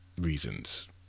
reasons